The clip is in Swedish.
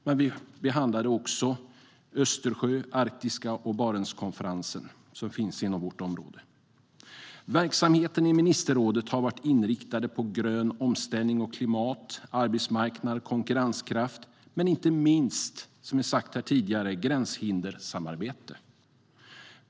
Men vi behandlade också Östersjön, det arktiska samarbetet samt Barentskonferensen som finns inom vårt område Verksamheten i ministerrådet har varit inriktad på grön omställning och klimat, arbetsmarknad och konkurrenskraft men inte minst, som sagts här tidigare, gränshindersamarbete.